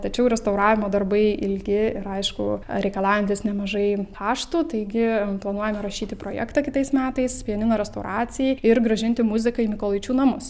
tačiau restauravimo darbai ilgi ir aišku reikalaujantys nemažai kaštų taigi planuojame rašyti projektą kitais metais pianino restauracijai ir grąžinti muziką į mykolaičių namus